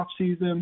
offseason